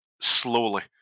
slowly